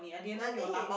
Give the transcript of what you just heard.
ya then he